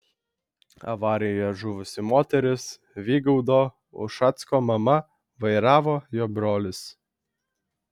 avarijoje žuvusi moteris vygaudo ušacko mama vairavo jo brolis